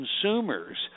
consumers